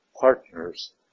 partners